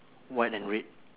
white and red